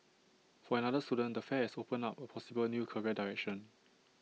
for another student the fair has opened up A possible new career direction